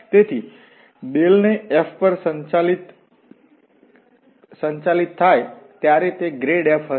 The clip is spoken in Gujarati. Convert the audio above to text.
તેથી ∇ ને f પર સંચાલિત ત્યારે તે grad f હશે